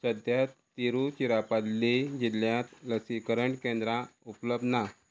सद्या तिरुचिरापल्ली जिल्ल्यांत लसीकरण केंद्रां उपलब्ध ना